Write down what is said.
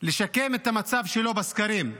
לשקם את המצב שלו בסקרים.